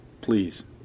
please